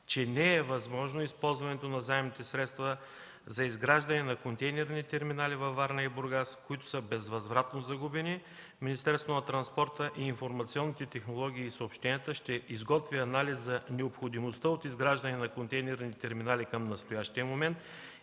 че не е възможно използването на заемните средства за изграждане на контейнерни терминали във Варна и в Бургас, които са безвъзвратно загубени. Министерството на транспорта, информационните технологии и съобщенията ще изготви анализ за необходимостта от изграждане на контейнерни терминали към настоящия момент